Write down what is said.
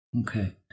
Okay